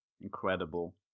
Incredible